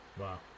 Wow